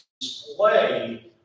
display